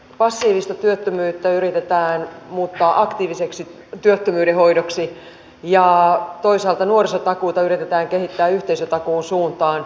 passiivista työttömyyttä yritetään muuttaa aktiiviseksi työttömyyden hoidoksi ja toisaalta nuorisotakuuta yritetään kehittää yhteisötakuun suuntaan